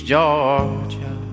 Georgia